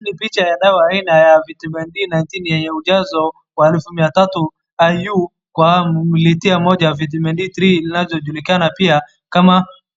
Ni picha ya dawa aina ya vitamin D19 yenye ujazo wa elfu mia tatu IU kwa kumletea mmoja vitamin D3 inayojulikana pia